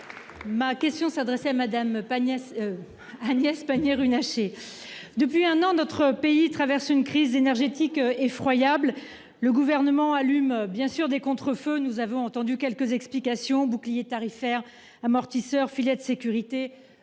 Ma question s'adresse à Madame pas. Agnès Pannier-Runacher. Depuis un an notre pays traverse une crise énergétique effroyable. Le gouvernement allume bien sûr des contre-feux. Nous avons entendu quelques explications bouclier tarifaire amortisseurs filet de sécurité.